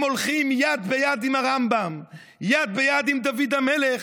הם הולכים יד ביד עם הרמב"ם, יד ביד עם דוד המלך,